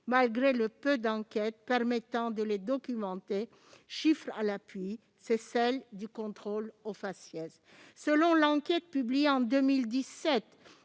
malgré le peu d'enquêtes permettant de la documenter, chiffres à l'appui : c'est celle des contrôles au faciès. Selon l'enquête publiée en 2017